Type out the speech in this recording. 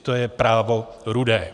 To je Právo... rudé.